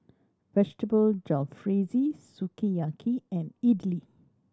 Vegetable Jalfrezi Sukiyaki and Idili